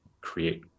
create